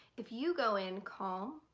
if you go in calm,